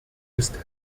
ist